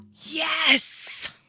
Yes